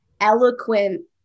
eloquent